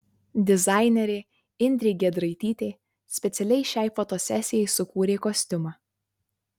dizainerė indrė giedraitytė specialiai šiai fotosesijai sukūrė kostiumą